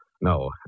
no